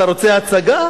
האמריקנים: אתה רוצה הצגה?